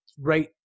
right